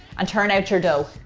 and turn out your dough.